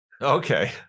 Okay